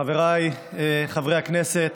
חבריי חברי הכנסת,